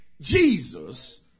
Jesus